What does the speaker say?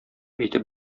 әйтеп